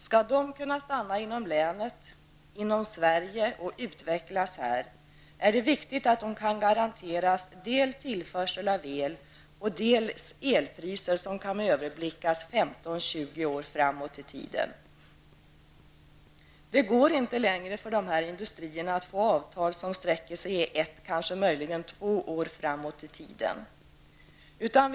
Skall de kunna stanna kvar i detta län, i Sverige och utvecklas här är det viktigt att de kan garanteras dels tillförsel av el, dels elpriser som kan överblickas 15--20 år framåt i tiden. Det går inte längre för dessa industrier att få avtal som sträcker sig ett eller kanske möjligen två år framåt i tiden.